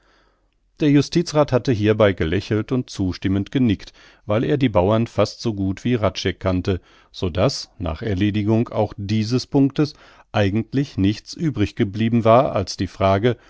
der justizrath hatte hierbei gelächelt und zustimmend genickt weil er die bauern fast so gut wie hradscheck kannte so daß nach erledigung auch dieses punktes eigentlich nichts übrig geblieben war als die frage